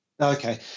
Okay